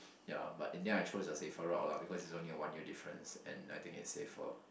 ya but in the end I chose a safer route lah because it's only a one year difference and I think it's safer